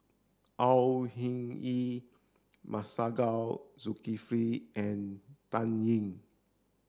Au Hing Yee Masagos Zulkifli and Dan Ying